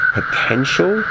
potential